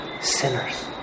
sinners